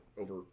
over